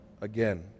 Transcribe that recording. again